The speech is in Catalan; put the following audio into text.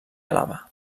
àlaba